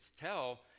tell